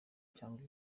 cyangwa